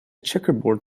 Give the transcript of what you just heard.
checkerboard